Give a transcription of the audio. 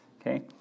Okay